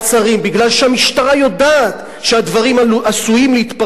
מפני שהמשטרה יודעת שהדברים עשויים להתפרסם,